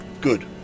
Good